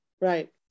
right